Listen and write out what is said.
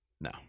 No